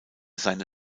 seine